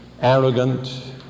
arrogant